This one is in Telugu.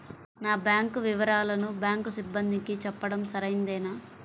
నా బ్యాంకు వివరాలను బ్యాంకు సిబ్బందికి చెప్పడం సరైందేనా?